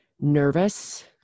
nervous